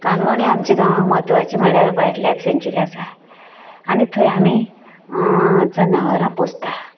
काणकोण आनी आमच्या गांवांत महत्वाचे म्हणल्यार वायल्ड लायफ सेंच्युरी आसा आनी थंय आमी जनावरां पोसतात